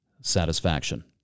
satisfaction